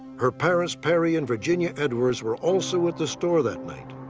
her parents, perry and virginia edwards, were also at the store that night.